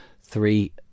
three